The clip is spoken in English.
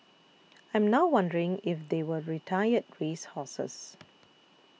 I'm now wondering if they were retired race horses